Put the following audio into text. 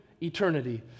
eternity